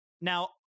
Now